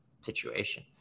situation